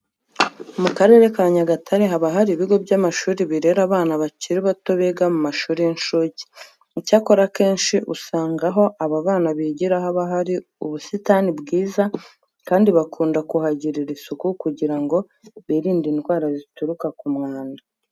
MU karere ka Nyagatare haba hari ibigo by'amashuri birera abana bakiri bato biga mu mashuri y'incuke. Icyakora akenshi usanga aho aba bana bigira haba hari ubusitani bwiza kandi bakunda kuhagirira isuku kugira ngo birinde indwara zituruka ku mwanda.